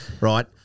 right